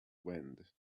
wind